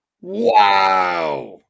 Wow